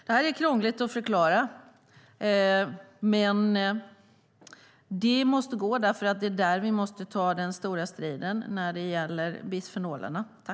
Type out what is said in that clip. Det här är krångligt att förklara, men det måste gå, för det är där vi måste ta den stora striden när det gäller bisfenolerna.